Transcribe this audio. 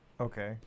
Okay